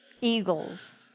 Eagles